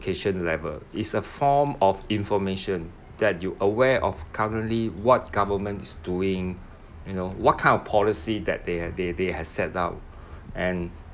education level it's a form of information that you aware of currently what government is doing you know what kind of policy that they ha~ they they has set down and